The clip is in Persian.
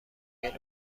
مشکل